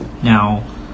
Now